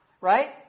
right